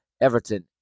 Everton